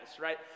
right